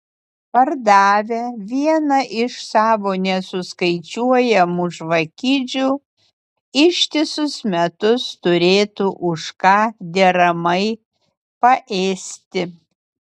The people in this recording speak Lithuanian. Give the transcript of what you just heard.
pardavę vieną iš savo nesuskaičiuojamų žvakidžių ištisus metus turėtų už ką deramai paėsti